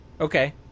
Okay